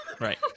right